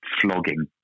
flogging